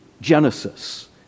Genesis